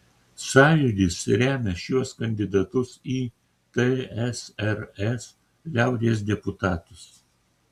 sąjūdis remia šiuos kandidatus į tsrs liaudies deputatus